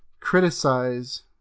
criticize